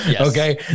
Okay